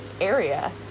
area